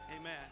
Amen